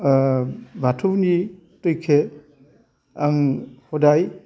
ओह बाथौनि दैखो आं हदाय